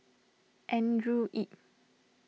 Andrew Yip